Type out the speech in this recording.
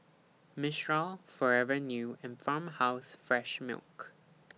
Mistral Forever New and Farmhouse Fresh Milk